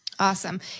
awesome